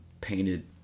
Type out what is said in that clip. painted